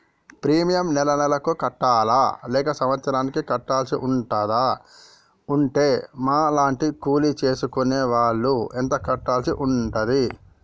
Premium నెల నెలకు కట్టాలా లేక సంవత్సరానికి కట్టాల్సి ఉంటదా? ఉంటే మా లాంటి కూలి చేసుకునే వాళ్లు ఎంత కట్టాల్సి ఉంటది?